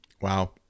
Wow